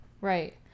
Right